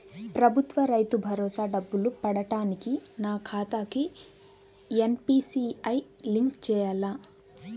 ప్రభుత్వ రైతు భరోసా డబ్బులు పడటానికి నా ఖాతాకి ఎన్.పీ.సి.ఐ లింక్ చేయాలా?